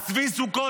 אז צבי סוכות,